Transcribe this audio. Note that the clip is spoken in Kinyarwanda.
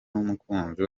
n’umukunzi